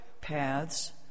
paths